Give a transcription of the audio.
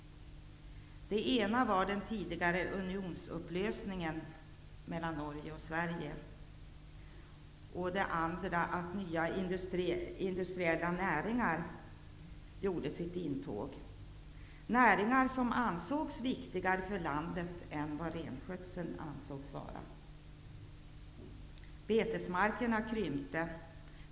Det ena skälet var den tidigare unionsupplösningen mellan Norge och Sverige, och det andra skälet var att nya industriella näringar gjorde sitt intåg. Det var näringar som ansågs viktigare för landet än vad renskötseln var. Betesmarkerna krymptes.